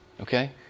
Okay